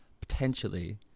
potentially